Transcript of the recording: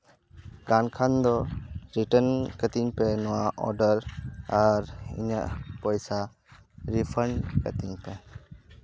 ᱜᱟᱱ ᱠᱷᱟᱱ ᱫᱚ ᱨᱤᱴᱟᱨᱱ ᱠᱟᱹᱛᱤᱧ ᱯᱮ ᱱᱚᱣᱟ ᱚᱨᱰᱟᱨ ᱟᱨ ᱤᱧᱟᱹᱜ ᱯᱚᱭᱥᱟ ᱨᱤᱯᱷᱟᱱᱰ ᱠᱟᱹᱛᱤᱧ ᱯᱮ